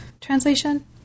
translation